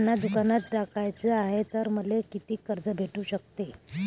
मले किराणा दुकानात टाकाचे हाय तर मले कितीक कर्ज भेटू सकते?